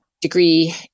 degree